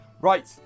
Right